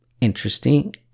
interesting